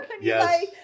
Yes